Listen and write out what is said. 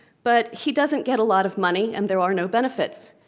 but he doesn't get a lot of money, and there are no benefits.